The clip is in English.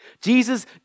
Jesus